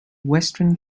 western